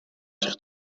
zich